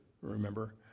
remember